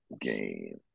Game